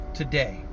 today